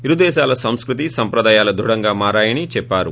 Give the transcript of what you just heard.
ఇరుదేశాల సంస్కృతి సంప్రదాయాలు ధృడంగా మారాయని చెప్పారు